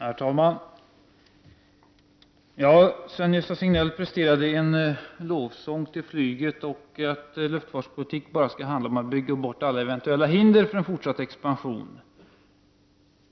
Herr talman! Sven-Gösta Signell presterade en lovsång till flyget och sade att luftfartspolitiken bara skall handla om att bygga bort alla eventuella hinder för en fortsatt expansion.